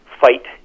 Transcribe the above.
fight